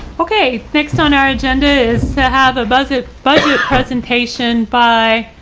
okay, next on our agenda is to have a budget budget presentation by